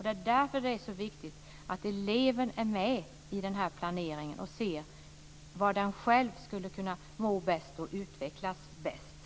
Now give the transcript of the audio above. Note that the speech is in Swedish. Därför är det så viktigt att eleven är med i den här planeringen och ser vad han eller hon själv skulle kunna må bäst och utvecklas mest av.